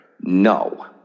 No